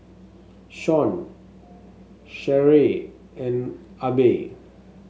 Shawn Sherree and Abby